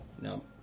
No